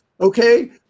okay